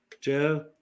Joe